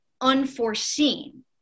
unforeseen